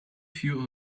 few